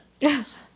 Yes